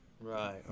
Right